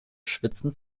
schwitzen